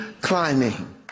climbing